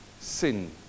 Sin